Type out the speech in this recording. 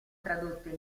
tradotte